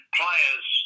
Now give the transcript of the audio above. players